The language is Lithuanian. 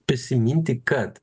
prisiminti kad